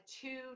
two